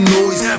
noise